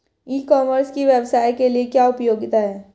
ई commerce की व्यवसाय के लिए क्या उपयोगिता है?